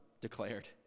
Declared